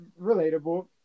relatable